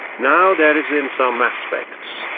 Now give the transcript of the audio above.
now there is in some aspects,